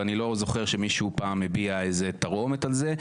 ואני לא זוכר שמישהו פעם הביע איזה תרעומת על זה,